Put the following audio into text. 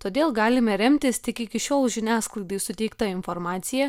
todėl galime remtis tik iki šiol žiniasklaidai suteikta informacija